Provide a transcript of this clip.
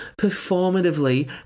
performatively